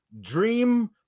dream